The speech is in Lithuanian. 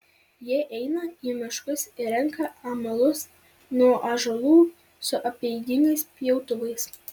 jie eina į miškus ir renka amalus nuo ąžuolų su apeiginiais pjautuvais